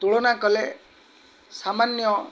ତୁଳନା କଲେ ସାମାନ୍ୟ